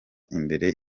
imbere